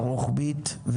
רוחבית,